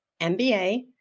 MBA